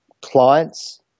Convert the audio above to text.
clients